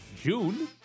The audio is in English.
June